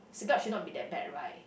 Siglap should not be that bad right